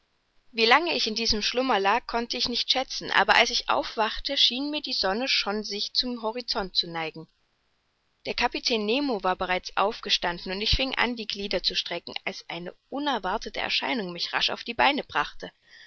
wie lange ich in diesem schlummer lag konnte ich nicht schätzen aber als ich aufwachte schien mir die sonne schon sich zum horizont zu neigen der kapitän nemo war bereits aufgestanden und ich fing an die glieder zu strecken als eine unerwartete erscheinung mich rasch auf die beine brachte